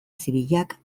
zibilak